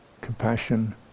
compassion